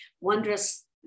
wondrous